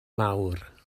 mawr